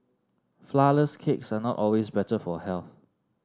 flourless cakes are not always better for health